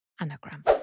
anagram